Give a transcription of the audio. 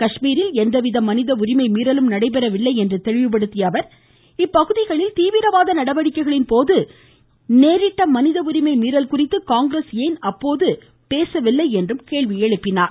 காஷ்மீரில் எந்தவித மனித உரிமை மீறலும் நடைபெறவில்லை என்று கூறிய அவர் அப்பகுதிகளில் தீவிரவாத நடவடிக்கைகளின்போது ஏற்பட்ட மனித உரிமை மீறல் குறித்து காங்கிரஸ் ஏன் அப்போது பேசவில்லை என்று கேள்வி எழுப்பினார்